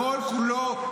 כל- כולו,